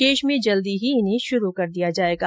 शेष में जल्दी ही इन्हे शुरू किया जाएगा